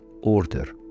order